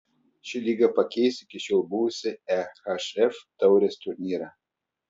ši lyga pakeis iki šiol buvusį ehf taurės turnyrą